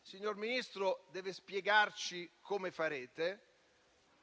signor Ministro, deve spiegarci come farete